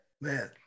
Man